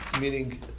meaning